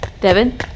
Devin